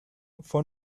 fue